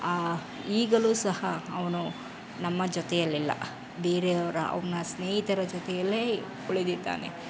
ಈಗಲೂ ಸಹ ಅವನು ನಮ್ಮ ಜೊತೆಯಲ್ಲಿಲ್ಲ ಬೇರೆಯವರ ಅವ್ನ ಸ್ನೇಹಿತರ ಜೊತೆಯಲ್ಲೇ ಉಳಿದಿದ್ದಾನೆ